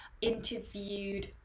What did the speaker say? interviewed